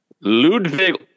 Ludwig